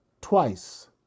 twice